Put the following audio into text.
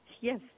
yes